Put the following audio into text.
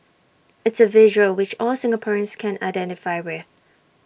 it's A visual which all Singaporeans can identify with